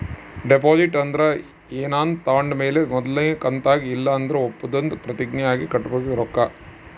deposit ಅಂದ್ರ ಏನಾನ ತಾಂಡ್ ಮೇಲೆ ಮೊದಲ್ನೇ ಕಂತಾಗಿ ಇಲ್ಲಂದ್ರ ಒಪ್ಪಂದುದ್ ಪ್ರತಿಜ್ಞೆ ಆಗಿ ಕಟ್ಟಬೇಕಾದ ರೊಕ್ಕ